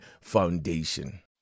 Foundation